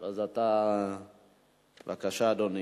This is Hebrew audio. בבקשה, אדוני,